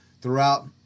throughout